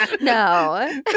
No